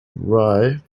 rye